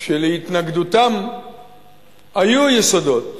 שלהתנגדותם היו יסודות: